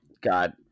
god